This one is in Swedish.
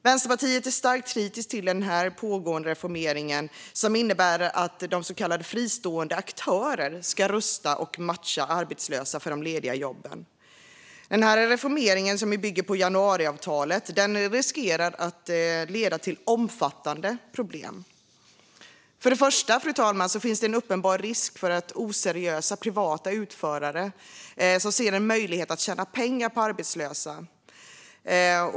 Vänsterpartiet är starkt kritiskt till den pågående reformeringen, som innebär att så kallade fristående aktörer ska rusta och matcha arbetslösa för de lediga jobben. Den här reformeringen, som bygger på januariavtalet, riskerar att leda till omfattande problem. För det första, fru talman, finns det en uppenbar risk för att oseriösa privata utförare ser en möjlighet att tjäna pengar på arbetslösa.